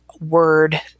word